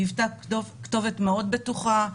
היא היוותה כתובת מאוד בטוחה,